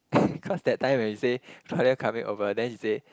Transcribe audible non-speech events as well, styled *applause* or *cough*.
*laughs* cause that time when you say Claudia coming over then she say